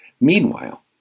Meanwhile